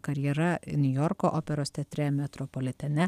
karjera niujorko operos teatre metropolitene